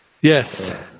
Yes